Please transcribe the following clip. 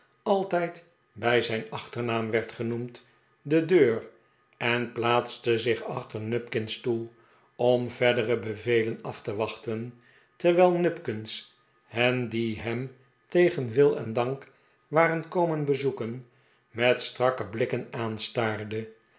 altijd bij zijn achternaam werd genoemd de deur en plaatste zich achter nupkins stoel om verdere bevelen af te wachten terwijl nupkins hen die hem tegen wil en dank waren komen bezoeken met strakke blikken aanstaarde